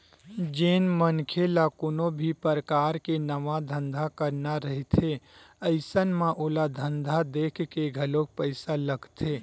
जेन मनखे ल कोनो भी परकार के नवा धंधा करना रहिथे अइसन म ओला धंधा देखके घलोक पइसा लगथे